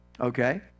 Okay